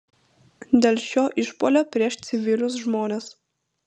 dėl šio išpuolio prieš civilius žmones